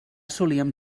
solíem